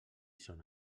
son